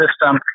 system